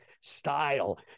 style